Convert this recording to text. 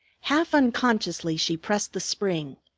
half unconsciously she pressed the spring,